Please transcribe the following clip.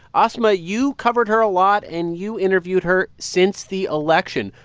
asma, you covered her a lot. and you interviewed her since the election.